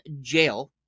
jail